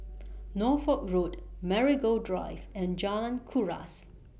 Norfolk Road Marigold Drive and Jalan Kuras